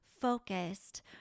focused